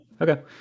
okay